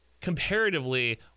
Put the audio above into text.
comparatively